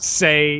say